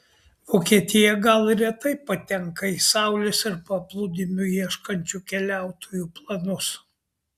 vokietija gal ir retai patenka į saulės ir paplūdimių ieškančių keliautojų planus